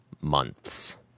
months